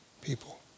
people